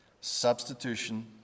Substitution